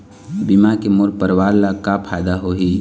बीमा के मोर परवार ला का फायदा होही?